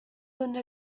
dóna